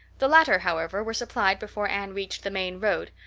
the latter, however, were supplied before anne reached the main road,